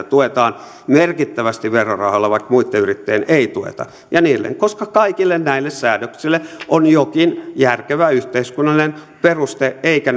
tuetaan merkittävästi verorahoilla vaikka muitten yrittäjien ei tueta ja niin edelleen koska kaikille näille säädöksille on jokin järkevä yhteiskunnallinen peruste eivätkä